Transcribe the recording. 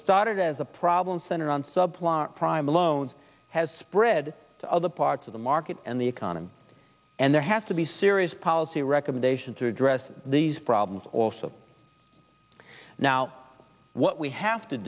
started as a problem center on subplot prime loans has spread to other parts of the market and the economy and there has to be serious policy recommendations to address these problems or so now what we have to